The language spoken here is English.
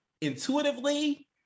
intuitively